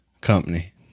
company